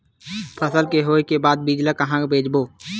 फसल के होय के बाद बीज ला कहां बेचबो?